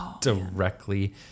Directly